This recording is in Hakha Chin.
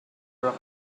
rak